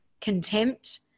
contempt